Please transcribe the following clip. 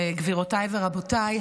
וגבירותיי ורבותיי,